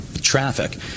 traffic